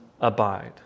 abide